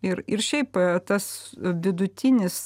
ir ir šiaip tas vidutinis